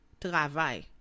travail